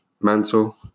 mantle